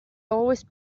always